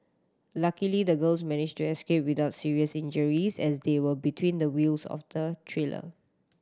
luckily the girls managed to escape without serious injuries as they were between the wheels of the trailer